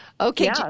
Okay